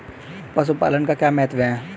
पशुपालन का क्या महत्व है?